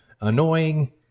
annoying